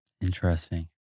Interesting